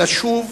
לשוב